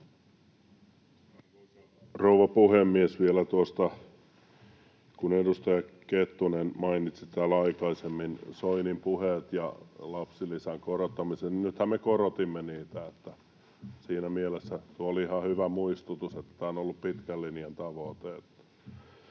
rouva puhemies! Vielä tuosta, kun edustaja Kettunen mainitsi täällä aikaisemmin Soinin puheet ja lapsilisän korottamisen, niin nythän me korotimme niitä. Siinä mielessä tuo oli ihan hyvä muistutus, että tämä on ollut pitkän linjan tavoite.